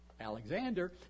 Alexander